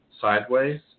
sideways